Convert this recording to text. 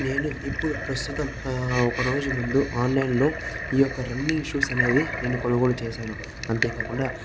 నేను ఇప్పుడు ప్రస్తుతం ఒకరోజు ముందు ఆన్లైన్ లో ఈ యొక్క రన్నింగ్ షూస్ అనేది నేను కొనుగోలు చేశాను అంతే కాకుండా